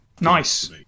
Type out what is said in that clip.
Nice